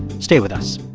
stay with us